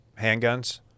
handguns